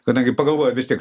kadangi pagalvoji vis tiek